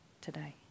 today